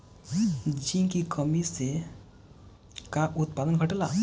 Zinc की कमी से का उत्पादन घटेला?